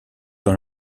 dans